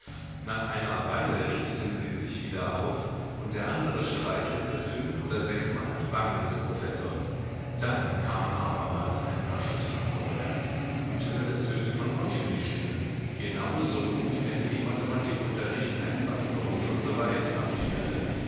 nach einer weile richteten sie sich wieder auf und der andere streichelte fünf oder sechsmal die wangen des professors dann kamen abermals ein paar schritte nach vorwärts und törleß hörte von neuem die stimme genau so wie wenn sie im mathematikunterricht einen bandwurm von beweis abfingerte